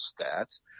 stats